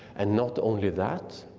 and not only that,